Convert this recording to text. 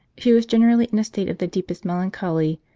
she was generally in a state of the deepest melancholy,